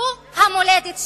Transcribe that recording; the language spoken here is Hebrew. זו המולדת שלי.